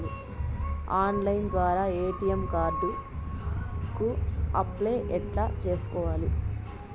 Online ద్వారా ATM card కు apply ఎట్లా సేసుకోవాలి?